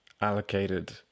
allocated